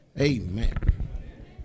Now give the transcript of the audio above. Amen